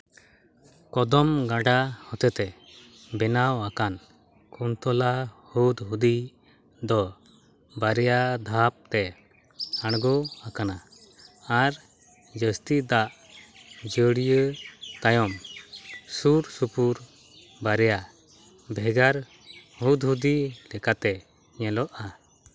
ᱠᱚᱫᱚᱢ ᱜᱟᱰᱟ ᱦᱚᱛᱮ ᱛᱮ ᱵᱮᱱᱟᱣᱟᱠᱟᱱ ᱠᱩᱱᱛᱚᱞᱟ ᱦᱩᱫᱽᱦᱩᱫᱤ ᱫᱚ ᱵᱟᱨᱭᱟ ᱫᱷᱟᱯ ᱛᱮ ᱟᱬᱜᱚ ᱟᱠᱟᱱᱟ ᱟᱨ ᱡᱟᱹᱥᱛᱤ ᱫᱟᱜ ᱡᱟᱹᱲᱭᱟᱹ ᱛᱟᱭᱚᱢ ᱥᱩᱨ ᱥᱩᱯᱩᱨ ᱵᱟᱨᱭᱟ ᱵᱷᱮᱜᱟᱨ ᱦᱩᱫᱽᱦᱩᱫᱤ ᱞᱮᱠᱟᱛᱮ ᱧᱮᱞᱚᱜᱼᱟ